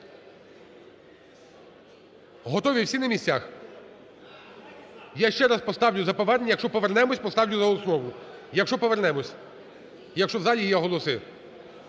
Готові, всі на місцях? Я ще раз поставлю за повернення, якщо повернемося, поставлю за основу, якщо повернемося і якщо в залі є голоси.